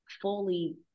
fully